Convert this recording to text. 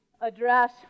address